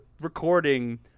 recording